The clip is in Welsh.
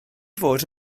fod